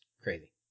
crazy